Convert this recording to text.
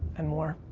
and more,